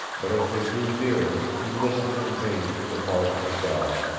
but as they drew nearer he listened in vain for the bark of a dog,